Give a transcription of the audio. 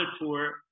tour